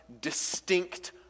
distinct